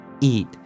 eat